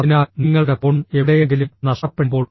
അതിനാൽ നിങ്ങളുടെ ഫോൺ എവിടെയെങ്കിലും നഷ്ടപ്പെടുമ്പോൾ